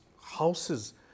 houses